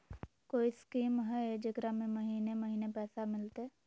कोइ स्कीमा हय, जेकरा में महीने महीने पैसा मिलते?